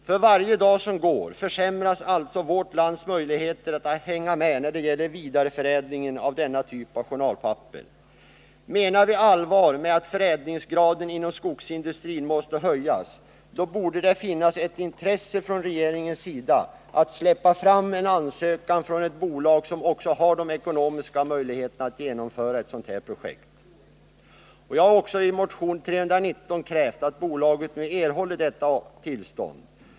För varje dag som går försämras alltså vårt lands möjligheter att hänga med när det gäller vidareförädlingen av denna typ av journalpapper. Menar vi allvar med att förädlingsgraden inom skogsindustrin måste höjas, då borde det finnas ett intresse från regeringens sida att släppa fram en ansökan från ett bolag, som också har de ekonomiska möjligheterna att genomföra ett sådant projekt. Jag har också i motion 319 krävt att bolaget nu erhåller detta tillstånd.